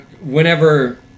whenever